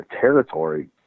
territory